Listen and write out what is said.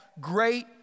great